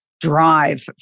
drive